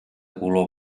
color